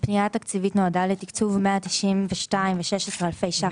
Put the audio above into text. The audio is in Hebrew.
הפנייה התקציבית נועדה לתקצוב 192,016,000 ₪